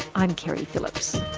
i'm keri phillips